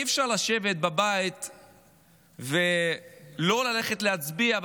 אי-אפשר לשבת בבית ולא ללכת להצביע,